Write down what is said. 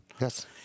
Yes